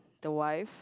the wife